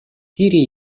сирии